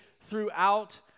throughout